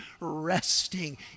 resting